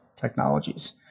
Technologies